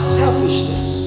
selfishness